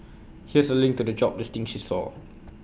here's A link to the job listing she saw